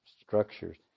structures